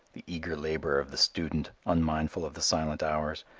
the eager labor of the student, unmindful of the silent hours,